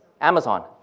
Amazon